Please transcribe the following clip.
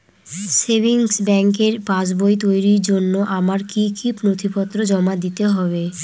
Savings ব্যাংকের পাসবই তৈরির জন্য আমার কি কি নথিপত্র জমা দিতে হবে?